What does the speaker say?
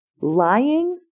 lying